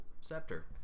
scepter